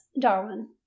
Darwin